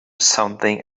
something